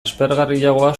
aspergarriagoa